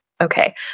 okay